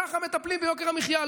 ככה מטפלים ביוקר המחיה.